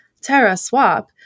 TerraSwap